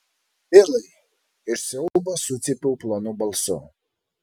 bilai iš siaubo sucypiau plonu balsu